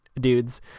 dudes